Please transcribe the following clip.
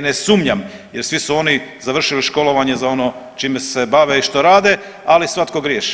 ne sumnjam jer su oni završili školovanje za ono čime se bave i što rade, ali svatko griješi.